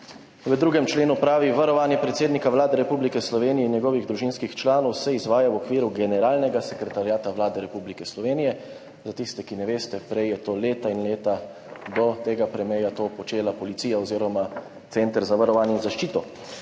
V 2. členu prav: »Varovanje predsednika Vlade Republike Slovenije in njegovih družinskih članov se izvaja v okviru Generalnega sekretariata Vlade Republike Slovenije.« Za tiste, ki ne veste, prej je to leta in leta, do tega premierja počela policija oziroma Center za varovanje in zaščito.